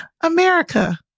America